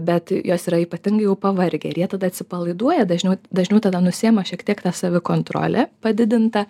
bet jos yra ypatingai jau pavargę ir jie tada atsipalaiduoja dažniau dažniau tada nusiima šiek tiek ta savikontrolė padidinta